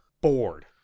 bored